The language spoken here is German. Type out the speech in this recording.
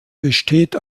besteht